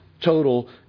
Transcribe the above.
total